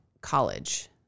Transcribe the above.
college